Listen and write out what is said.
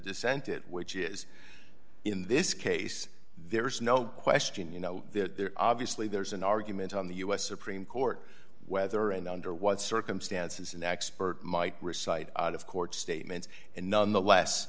dissent it which is in this case there's no question you know there's obviously there's an argument on the u s supreme court whether and under what circumstances an expert might recites out of court statements and nonetheless